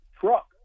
Truck